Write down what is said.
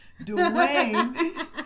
Dwayne